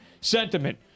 sentiment